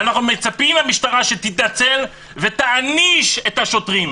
ואנחנו מצפים מהמשטרה שתתנצל ותעניש את השוטרים.